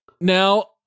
Now